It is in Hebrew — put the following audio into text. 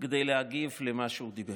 כדי להגיב למה שהוא דיבר.